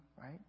right